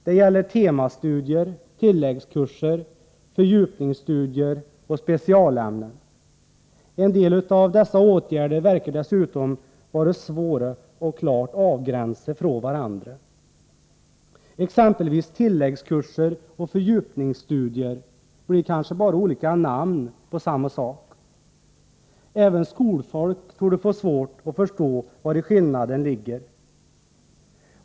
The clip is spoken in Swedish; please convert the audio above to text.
Det gäller sådant som temastudier, tilläggskurser, fördjupningsstudier och specialämnen. En del av dessa verkar dessutom vara svåra att klart avgränsa från varandra. Som exempel blir kanske ”tilläggskurser” och ”fördjupningsstudier” bara olika namn på samma sak. Även skolfolk torde få svårt att förstå vari skillnaden ligger.